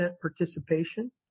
participation